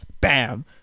bam